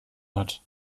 hat